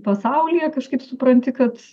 pasaulyje kažkaip supranti kad